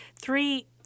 three